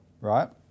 right